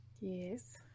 Yes